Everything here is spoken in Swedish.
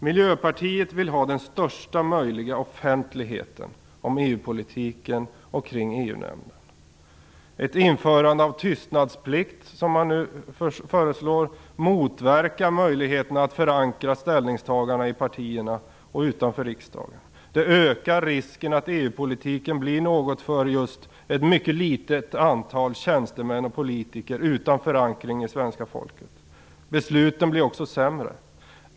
Miljöpartiet vill ha största möjliga offentlighet om EU-politiken och kring EU-nämnden. Ett införande av tystnadsplikt, som man nu föreslår, motverkar möjligheterna att förankra ställningstagandena i partierna och utanför riksdagen. Det ökar risken att EU-politiken blir något för ett mycket litet antal tjänstemän och politiker utan förankring hos svenska folket. Besluten blir också sämre.